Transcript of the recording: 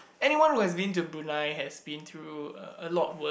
anyone who has been to Brunei has been through uh a lot worse